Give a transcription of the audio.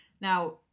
Now